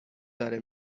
داره